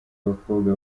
bakobwa